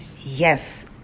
Yes